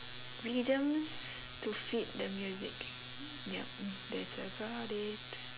rhythms to fit the music yup that's about it